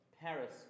Paris